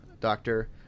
Doctor